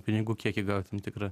pinigų kiekį gaut tam tikrą